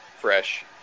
fresh